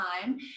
time